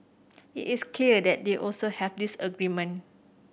it is clear that they also have disagreement